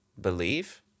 believe